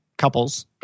couples